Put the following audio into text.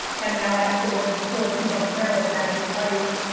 and now i have to work at the store, two bucks an hour, bagging ice,